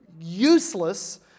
useless